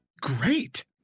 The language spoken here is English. great